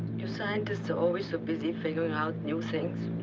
you scientists are always so busy figuring out new things.